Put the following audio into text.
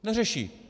Neřeší.